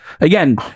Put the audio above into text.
again